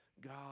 God